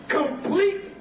complete